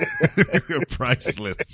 Priceless